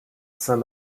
saint